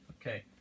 Okay